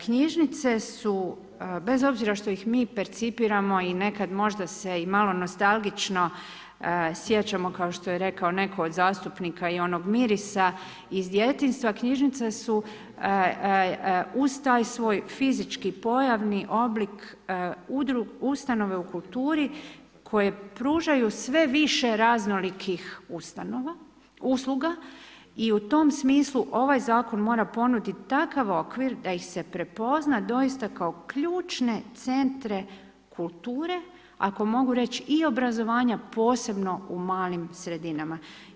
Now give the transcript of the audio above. Knjižnice su bez obzira što ih mi percipiramo i nekad možda se malo nostalgično sjećamo kao što je rekao neko od zastupnika i onog mirisa iz djetinjstva, knjižnice su uz taj svoj fizički pojavni oblik ustanove u kulturi koje pružaju sve više raznolikih ustanova, usluga, i u smislu ovaj zakon mora ponuditi takav okvir da ih se prepozna doista kao ključne centre kulture, ako mogu reć i obrazovanja posebno u malim sredinama.